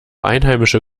einheimische